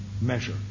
measure